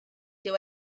dyw